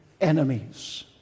enemies